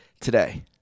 today